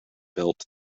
built